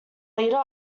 leader